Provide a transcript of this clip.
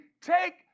take